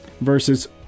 versus